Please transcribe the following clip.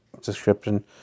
description